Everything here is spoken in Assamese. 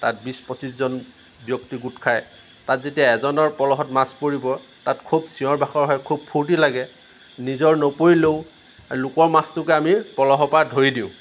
তাত বিছ পঁচিশজন ব্যক্তি গোট খায় তাত যেতিয়া এজনৰ প'লহত মাছ পৰিব তাত খুব চিঞৰ বাখৰ হয় খুব ফূৰ্তি লাগে নিজৰ নপৰিলেও লোকৰ মাছটোকে আমি পলহৰ পৰা ধৰি দিওঁ